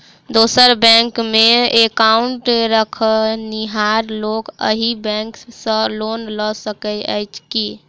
दोसर बैंकमे एकाउन्ट रखनिहार लोक अहि बैंक सँ लोन लऽ सकैत अछि की?